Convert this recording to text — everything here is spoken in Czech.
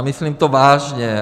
Myslím to vážně.